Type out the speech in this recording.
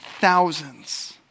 thousands